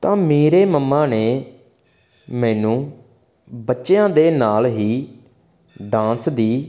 ਤਾਂ ਮੇਰੇ ਮੰਮਾ ਨੇ ਮੈਨੂੰ ਬੱਚਿਆਂ ਦੇ ਨਾਲ ਹੀ ਡਾਂਸ ਦੀ